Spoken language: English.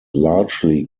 largely